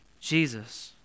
Jesus